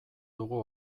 dugu